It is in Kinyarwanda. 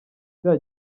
kiriya